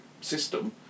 system